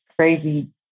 crazy